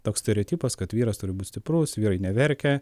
toks stereotipas kad vyras turi būt stiprus vyrai neverkia